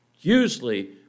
usually